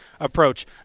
approach